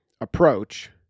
approach